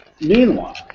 Meanwhile